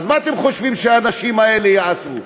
אז מה אתם חושבים שהאנשים האלה יעשו?